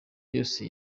yose